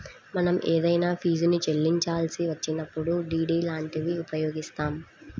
మనం ఏదైనా ఫీజుని చెల్లించాల్సి వచ్చినప్పుడు డి.డి లాంటివి ఉపయోగిత్తాం